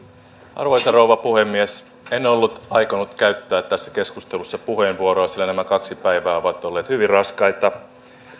arvoisa rouva puhemies en ollut aikonut käyttää tässä keskustelussa puheenvuoroa sillä nämä kaksi päivää ovat olleet hyvin raskaita